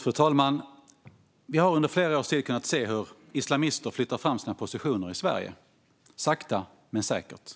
Fru talman! Vi har under flera års tid kunnat se hur islamister flyttar fram sina positioner i Sverige, sakta men säkert.